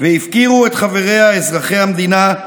והפקירו את חבריה, אזרחי המדינה,